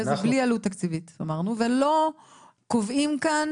וזה בלי עלות תקציבית אמרנו ולא קובעים כאן